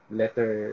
letter